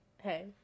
Hey